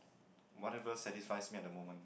whatever satisfies me at the moment